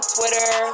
Twitter